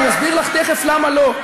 אני אסביר לך תכף למה לא.